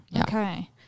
Okay